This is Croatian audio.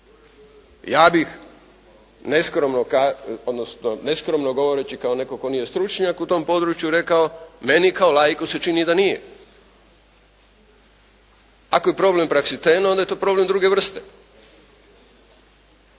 Ja bih neskromno govoreći kao netko tko nije stručnjak u tom području rekao meni kao laiku se čini da nije. Ako je problem praksiten onda je to problem druge vrste